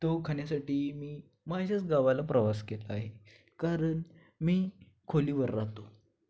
तो खाण्यासाठी मी माझ्याच गावाला प्रवास केला आहे कारण मी खोलीवर राहतो